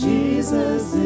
Jesus